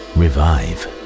revive